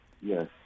Yes